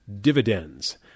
dividends